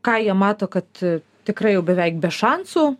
ką jie mato kad tikrai jau beveik be šansų